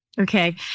Okay